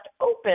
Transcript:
open